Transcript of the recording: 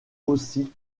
aussi